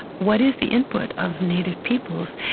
what is the input of native peoples?